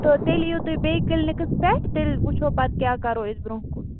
تہٕ تیٚلہِ یِیو تُہۍ بیٚیہِ کِلنِکس پٮ۪ٹھ تیٚلہِ وُچھَو پتہٕ کیٛاہ کَرو أسۍ برٛونٛہہ کُن